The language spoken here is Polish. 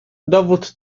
dowód